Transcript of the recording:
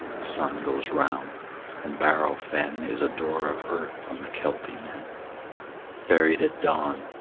the sun goes round and bareau fen is a door of earth on the kelpie men buried at dawn,